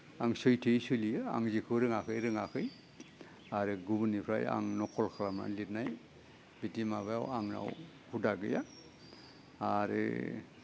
आं सैथोयै सोलियो आं जेखौ रोङाखै रोङाखै आरो गुबुननिफ्राय आं नकल खालामनानै लिदनाय बिदि माबायाव आंनाव हुदा गैआ आरो